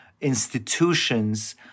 institutions